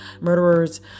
murderers